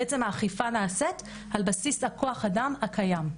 האכיפה נעשית על בסיס כוח האדם הקיים.